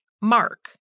Mark